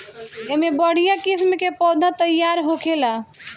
एमे बढ़िया किस्म के पौधा तईयार होखेला